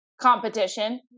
competition